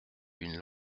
une